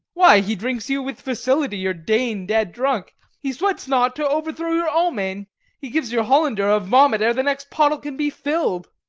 why, he drinks you, with facility, your dane dead drunk he sweats not to overthrow your almain he gives your hollander a vomit ere the next pottle can be filled.